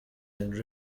and